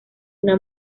una